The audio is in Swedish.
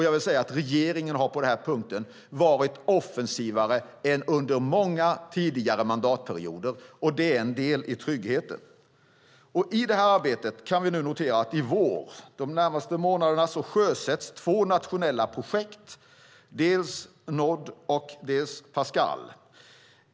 Jag vill säga att regeringen på den här punkten har varit offensivare än vad regeringar har varit under många tidigare mandatperioder, och det är en del i tryggheten. I vår, de närmaste månaderna, sjösätts två nationella projekt, NOD och Pascal.